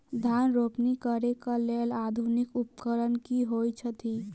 धान रोपनी करै कऽ लेल आधुनिक उपकरण की होइ छथि?